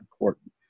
important